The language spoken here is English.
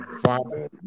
Father